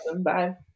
bye